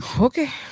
Okay